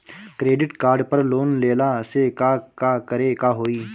Credit card पर loan लेला से का का करे क होइ?